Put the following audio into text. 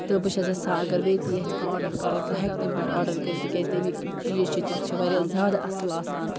تہٕ بہٕ چھَس یژھان اگر بیٚیہِ تہِ ییٚژھِ کانٛہہ آرڈَر کَرُن سُہ ہٮ۪کہِ تَمہِ پٮ۪ٹھ آرڈَر کٔرِتھ تِکیٛازِ تَمِکۍ تِم چیٖز چھِ تِم چھِ واریاہ زیادٕ اصٕل آسان